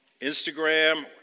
Instagram